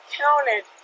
counted